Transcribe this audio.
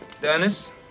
Dennis